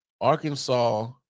Arkansas